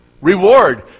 reward